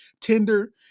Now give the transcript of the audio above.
Tinder